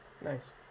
Nice